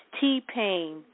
t-pain